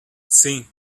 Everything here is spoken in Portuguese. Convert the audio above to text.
sim